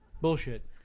bullshit